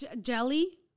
Jelly